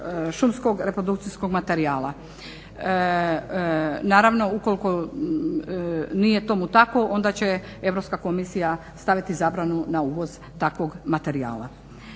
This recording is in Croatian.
šumskog reprodukcijskog materijala. Naravno, ukoliko nije tomu tako onda će Europska komisija staviti na zabranu na uvoz takvog materijala.